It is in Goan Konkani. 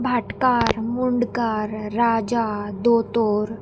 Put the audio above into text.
भाटकार मुंडकार राजा दोतोर